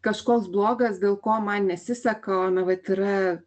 kažkoks blogas dėl ko man nesiseka o na vat yra